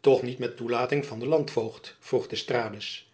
toch niet met toelating van den landvoogd vroeg d'estrades